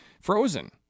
Frozen